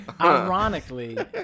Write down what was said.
ironically